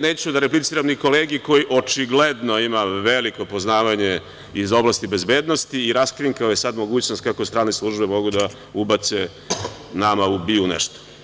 neću da repliciram ni kolegi koji očigledno ima veliko poznavanje iz oblasti bezbednosti i raskrinkao je sada mogućnost kako strane službe mogu da ubace nama u BIA nešto.